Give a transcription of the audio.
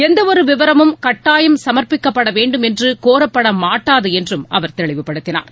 எந்தவொரு விவரமும் கட்டாயம் சமர்ப்பிக்கப்பட வேண்டுமென்று கோரப்படமாட்டாது என்றும் அவர் தெளிவுபடுத்தினார்